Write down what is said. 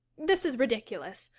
this is ridiculous.